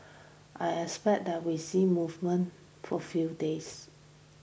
I expect that we see movement for few days